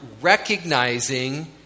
recognizing